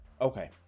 okay